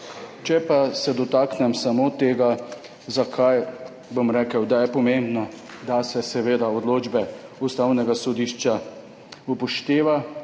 Če pa se dotaknem samo tega, zakaj je pomembno, da se odločbe Ustavnega sodišča upošteva,